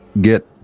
get